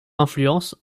influences